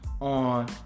on